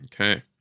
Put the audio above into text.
Okay